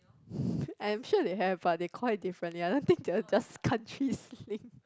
I'm sure they have but they call it differently I don't think they'll just countries sling